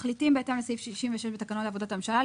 מחליטים בהתאם לסעיף 66 בתקנון עבודת הממשלה,